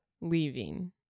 leaving